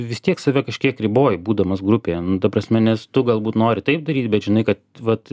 vis tiek save kažkiek riboji būdamas grupėje nu ta prasme nes tu galbūt nori taip daryt bet žinai kad vat